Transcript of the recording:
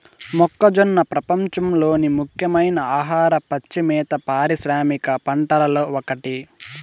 మొక్కజొన్న ప్రపంచంలోని ముఖ్యమైన ఆహార, పచ్చి మేత పారిశ్రామిక పంటలలో ఒకటి